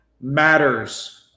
matters